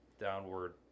downward